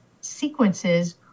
sequences